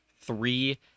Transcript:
three